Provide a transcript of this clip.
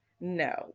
no